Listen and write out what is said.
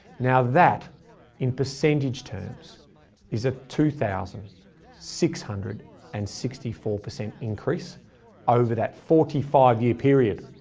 now that in percentage terms is a two thousand six hundred and sixty four percent increase over that forty five year period.